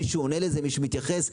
מישהו מתייחס לזה?